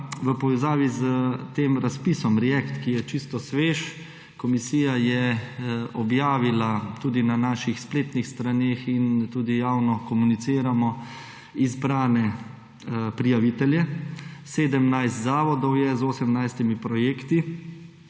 v povezavi s tem razpisom React, ki je čisto svež. Komisija je objavila – tudi na naših spletnih straneh in tudi javno komuniciramo – izbrane prijavitelje. 17 zavodov je z 18 projekti,